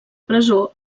presó